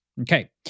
Okay